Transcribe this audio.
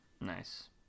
nice